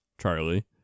Charlie